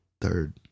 Third